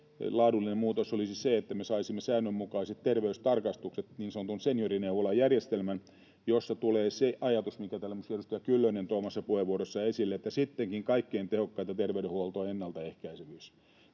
laadullinen muutos. Se olisi se, että me saisimme säännönmukaiset terveystarkastukset, niin sanotun seniorineuvolajärjestelmän, jossa on se ajatus, minkä täällä muun muassa edustaja Kyllönen toi omassa puheenvuorossaan esille, että sittenkin kaikkein tehokkainta terveydenhuoltoa on ennaltaehkäisevyys.